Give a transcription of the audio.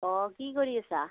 অঁ কি কৰি আছা